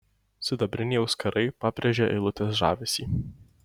sidabriniai auskarai pabrėžė eilutės žavesį